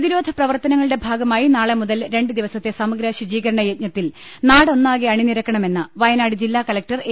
പ്രതിരോധ പ്രവർത്തനങ്ങളുടെ ഭാഗമായി നാളെ മുതൽ രണ്ട് ദിവസത്തെ സമഗ്ര ശുചീകരണ യജ്ഞത്തിൽ നാടൊന്നാകെ അണിനിരക്കണമെന്ന് വയനാട് ജില്ലാ കുളക്ടർ എ